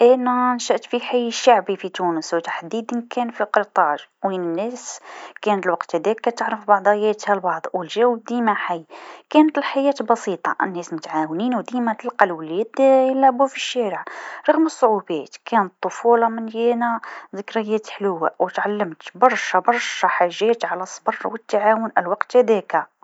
أنا نشأت في حي شعبي في تونس و تحديدا كان في قرجاج وين ناس كانت الوقت هذاك تعرف بعضياتها البعض و الجو ديما حي، كانت الحياة بسيطه الناس متعاونين و ديما تلقى الولاد يلعبو في الشارع، رغم الصعوبات كانت طفوله مليانه ذكريات حلوه و تعلمت برسا برشا حاجات على الصبر و التعاون الوقت هذاك.